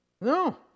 No